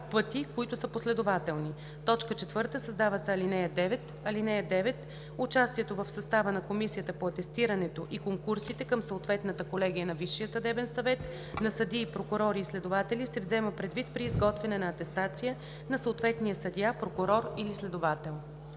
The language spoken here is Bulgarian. пъти, които са последователни“.“ 4. Създава се ал. 9: „(9) Участието в състава на Комисията по атестирането и конкурсите към съответната колегия на Висшия съдебен съвет на съдии, прокурори и следователи се взема предвид при изготвяне на атестация на съответния съдия, прокурор или следовател.“